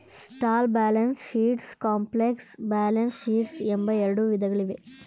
small balance sheets, complex balance sheets ಎಂಬ ಎರಡು ವಿಧಗಳಿವೆ